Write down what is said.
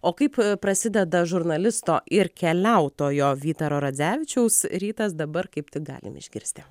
o kaip prasideda žurnalisto ir keliautojo vytaro radzevičiaus rytas dabar kaip tik galim išgirsti